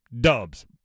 dubs